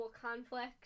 conflict